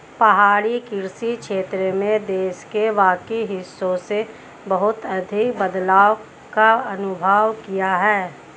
पहाड़ी कृषि क्षेत्र में देश के बाकी हिस्सों से बहुत अधिक बदलाव का अनुभव किया है